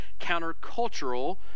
countercultural